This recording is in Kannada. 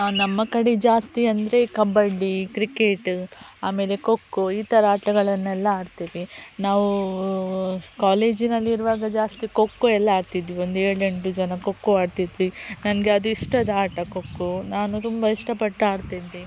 ನಮ್ಮ ಕಡೆ ಜಾಸ್ತಿ ಅಂದರೆ ಕಬಡ್ಡಿ ಕ್ರಿಕೆಟ್ ಆಮೇಲೆ ಖೋಖೋ ಈ ಥರ ಆಟಗಳನ್ನೆಲ್ಲ ಆಡ್ತೀವಿ ನಾವು ಕಾಲೇಜಿನಲ್ಲಿರುವಾಗ ಜಾಸ್ತಿ ಖೋಖೋ ಎಲ್ಲ ಆಡ್ತಿದ್ವಿ ಒಂದು ಏಳೆಂಟು ಜನ ಖೋಖೋ ಆಡ್ತಿದ್ವಿ ನನಗೆ ಅದು ಇಷ್ಟದ ಆಟ ಖೋಖೋ ನಾನು ತುಂಬ ಇಷ್ಟಪಟ್ಟು ಆಡ್ತಿದ್ವಿ